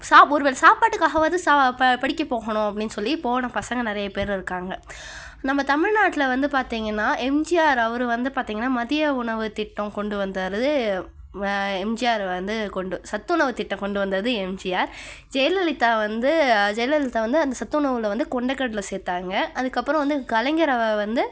சா ஒரு வேளை சாப்பாட்டுக்காகவாது சா படிக்கப் போகணும் அப்படின்னு சொல்லி போன பசங்க நிறைய பேர் இருக்காங்க நம்ம தமிழ்நாட்டில் வந்து பார்த்திங்கன்னா எம்ஜிஆர் அவர் வந்து பார்த்திங்கன்னா மதிய உணவுத் திட்டம் கொண்டு வந்தார் எம்ஜிஆர் வந்து கொண்டு சத்துணவுத் திட்டம் கொண்டு வந்தது எம்ஜிஆர் ஜெயலலிதா வந்து ஜெயலலிதா வந்து அந்தச் சத்துணவில் வந்து கொண்டக்கடலை சேர்த்தாங்க அதுக்கப்புறம் வந்து கலைஞர் வந்து